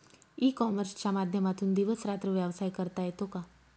E कॉमर्सच्या माध्यमातून दिवस रात्र व्यवसाय करता येतो का?